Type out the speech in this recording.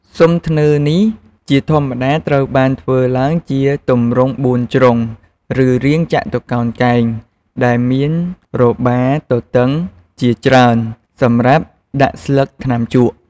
ស៊ុមធ្នើរនេះ ជាធម្មតាត្រូវបានធ្វើឡើងជាទម្រង់បួនជ្រុង ឬរាងចតុកោណកែង ដែលមានរបារទទឹងជាច្រើនសម្រាប់ដាក់ស្លឹកថ្នាំជក់។